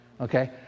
Okay